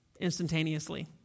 instantaneously